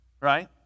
Right